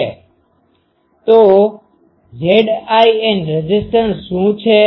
તો Zin resistance શું છે